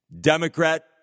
Democrat